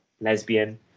lesbian